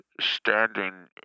standing